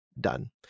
Done